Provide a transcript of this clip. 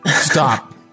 Stop